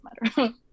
matter